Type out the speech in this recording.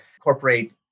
incorporate